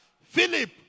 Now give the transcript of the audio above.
Philip